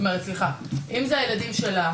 אם זה הילדים שלה